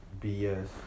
BS